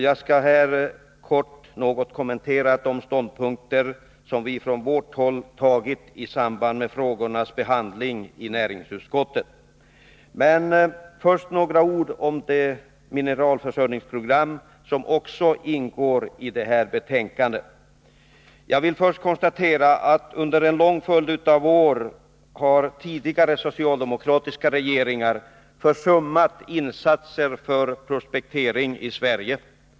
Jag skall här kort kommentera de ståndpunkter som vi från vårt håll har intagit i samband med frågornas behandling i näringsutskottet. Först några ord om det mineralförsörjningsprogram som också ingår i detta betänkande. Jag vill först konstatera att tidigare socialdemokratiska regeringar under en lång följd av år har försummat insatser för prospektering i Sverige.